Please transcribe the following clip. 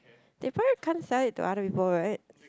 they probably can't sell it to other people right